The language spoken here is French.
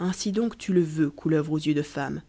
ainsi donc tu le veux couleuvre aux yeux de femme